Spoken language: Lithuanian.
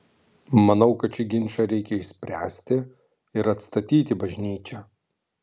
manau kad šį ginčą reikia išspręsti ir atstatyti bažnyčią